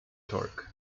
torque